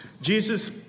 Jesus